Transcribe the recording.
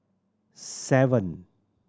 seven